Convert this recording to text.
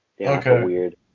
Okay